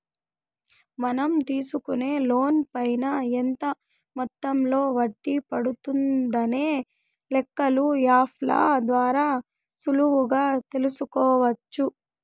మనం తీసుకునే లోన్ పైన ఎంత మొత్తంలో వడ్డీ పడుతుందనే లెక్కలు యాప్ ల ద్వారా సులువుగా తెల్సుకోవచ్చు